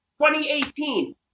2018